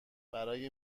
برای